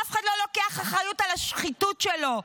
אף אחד לא לוקח אחריות על השחיתות שלו.